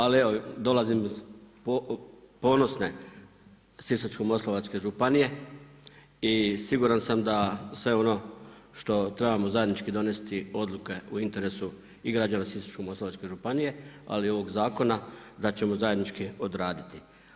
ali evo dolazim iz ponosne Sisačko-moslavačke županije i siguran sam da sve ono što trebamo zajednički donesti odluke u interesu i građana Sisačko-moslavačke županije, ali i ovog zakona da ćemo zajednički odraditi.